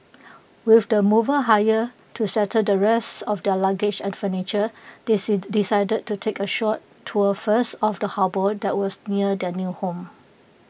with the mover hire to settle the rest of their luggage and furniture decided to take A short tour first of the harbour that was near their new home